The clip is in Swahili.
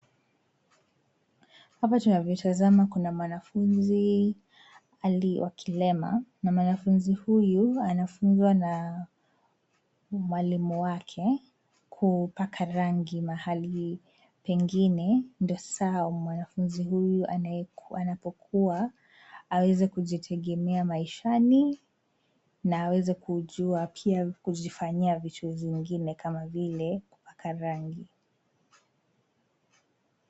Hapa tunavyotazama kuna mwanafunzi wa kilema na mwanafunzi huyu anafunzwa na mwalimu wake kupaka rangi mahali pengine ndio sasa mwanafunzi huyu anapokuwa aweze kujitegemea maishani na aweze kujua pia kujifanyia vitu zingine kama vile kupaka rangi.